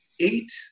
Eight